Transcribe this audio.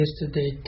yesterday